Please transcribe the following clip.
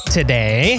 today